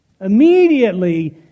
Immediately